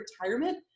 retirement